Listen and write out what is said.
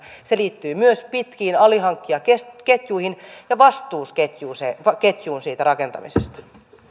vaan se liittyy myös pitkiin alihankkijaketjuihin ja vastuuketjuun siitä rakentamisesta